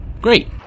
Great